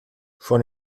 schon